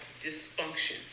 dysfunction